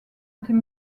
était